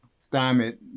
stymied